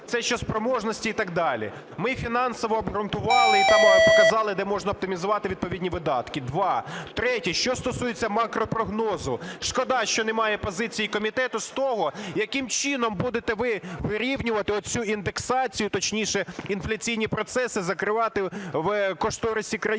Це щодо спроможності і так далі. Ми фінансово обґрунтували і показали, де можна оптимізувати відповідні видатки. Два. Третє. Що стосується макропрогнозу. Шкода, що немає позиції комітету з того, яким чином будете ви вирівнювати цю індексацію, точніше, інфляційні процеси закривати в кошторисі країни,